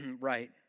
right